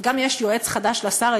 וגם יש יועץ חדש לשר,